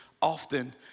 often